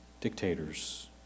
dictators